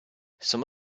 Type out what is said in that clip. some